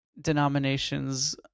denominations